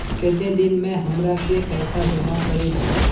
केते दिन में हमरा के पैसा जमा करे होते?